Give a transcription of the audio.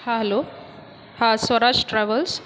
हा हॅलो हा स्वराज ट्रॅवल्स